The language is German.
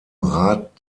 rat